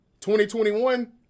2021